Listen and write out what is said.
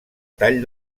tall